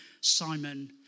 Simon